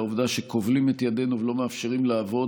העובדה שכובלים את ידינו ולא מאפשרים לעבוד.